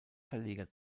verleger